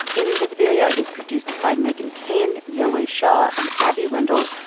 invisibilia is produced by meghan keane, yowei shaw and abby wendle.